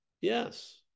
Yes